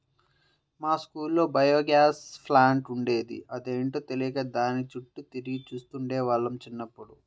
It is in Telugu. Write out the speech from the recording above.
మా స్కూల్లో బయోగ్యాస్ ప్లాంట్ ఉండేది, అదేంటో తెలియక దాని చుట్టూ తిరిగి చూస్తుండే వాళ్ళం చిన్నప్పుడు